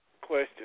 Question